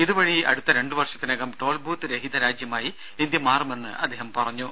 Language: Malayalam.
ഇതുവഴി അടുത്ത രണ്ടു വർഷത്തിനകം ടോൾബൂത്ത് രഹിത രാജ്യമായി ഇന്ത്യ മാറുമെന്ന് അദ്ദേഹം പറഞ്ഞു